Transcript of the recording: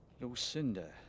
Lucinda